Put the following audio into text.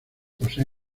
posee